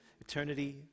Eternity